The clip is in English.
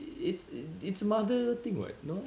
it's it's a mother thing [what] no eh